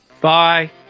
Bye